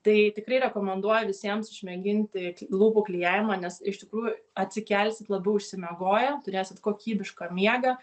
tai tikrai rekomenduoju visiems išmėginti lūpų klijavimą nes iš tikrųjų atsikelsit labiau išsimiegoję turėsit kokybišką miegą